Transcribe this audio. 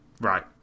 Right